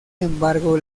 embargo